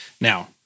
Now